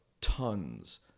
tons